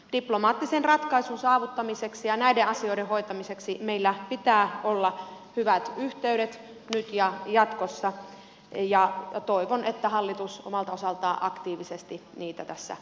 diplomaattisen ratkaisun saavuttamiseksi ja näiden asioiden hoitamiseksi meillä pitää olla hyvät yhteydet nyt ja jatkossa ja toivon että hallitus omalta osaltaan aktiivisesti niitä tässä ylläpitää